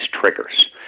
triggers